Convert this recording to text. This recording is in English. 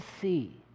see